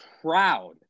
proud